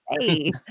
Hey